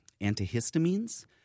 antihistamines